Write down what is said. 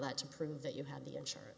that to prove that you have the insurance